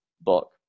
book